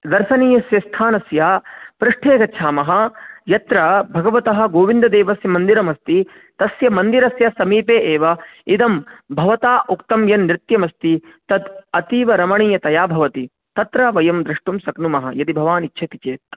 दर्शनीयस्य स्थानस्य पृष्ठे गच्छामः यत्र भगवतः गोविन्ददेवस्य मन्दिरमस्ति तस्य मन्दिरस्य समीपे एव इदं भवता उक्तं यन्नृत्यमस्ति तद् अतीवरमणीयतया भवति तत्र वयं द्रष्टुं सक्नुमः यदि भवान् इच्छति चेत्